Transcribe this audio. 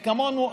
כמונו,